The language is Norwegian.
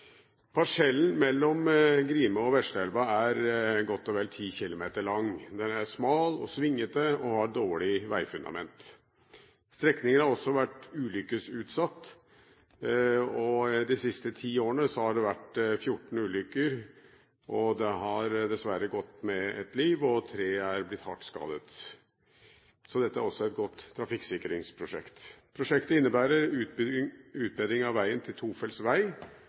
Parsellen mellom Grime og Vesleelva er godt og vel 10 km lang. Den er smal og svingete og har dårlig veifundament. Strekningen har også vært ulykkesutsatt, og de siste ti årene har det vært 14 ulykker. Det har dessverre gått med ett liv, og tre har blitt hardt skadet. Så dette er også et godt trafikksikringsprosjekt. Prosjektet innebærer utbedring av veien til tofelts vei